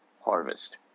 harvest